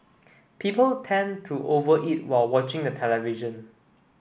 people tend to over eat while watching the television